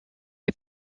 est